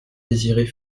désirait